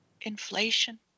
inflation